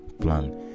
plan